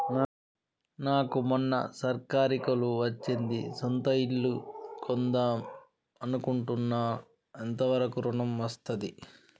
నాకు మొన్న సర్కారీ కొలువు వచ్చింది సొంత ఇల్లు కొన్దాం అనుకుంటున్నా ఎంత వరకు ఋణం వస్తది?